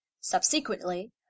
Subsequently